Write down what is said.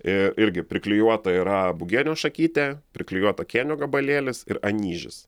i irgi priklijuota yra bugienio šakytė priklijuota kėnio gabalėlis ir anyžis